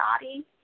body